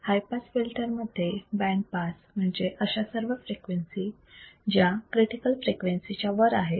हाय pass filter मध्ये pass band म्हणजे अशा सर्व फ्रिक्वेन्सी ज्या क्रिटिकल फ्रिक्वेन्सी च्या वर आहेत